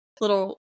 little